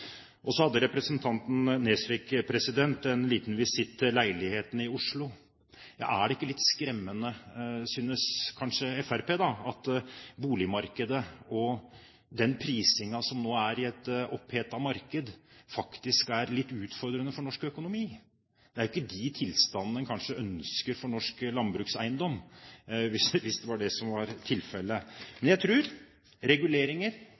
hadde representanten Nesvik en liten visitt til leilighetene i Oslo. Ja, synes ikke Fremskrittspartiet det er litt skremmende at boligmarkedet og den prisingen det nå er i et opphetet marked, faktisk er litt utfordrende for norsk økonomi? Det er ikke de tilstandene en ønsker for norsk landbrukseiendom, hvis det var det som var tilfellet. Men jeg tror reguleringer